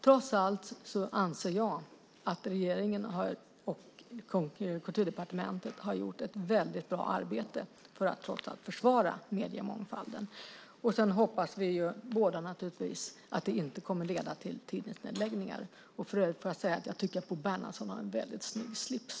Trots allt anser jag att regeringen och Kulturdepartementet har gjort ett bra arbete för att försvara mediemångfalden. Vi hoppas naturligtvis båda att det inte kommer att leda till tidningsnedläggningar. För övrigt vill jag säga att jag tycker att Bo Bernhardsson har en väldigt snygg slips.